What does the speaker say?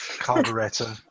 carburetor